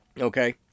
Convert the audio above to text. Okay